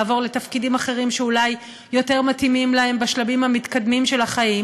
לעבור לתפקידים אחרים שאולי יותר מתאימים להם בשלבים המתקדמים של החיים,